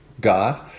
God